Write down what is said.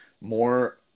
more